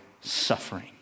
suffering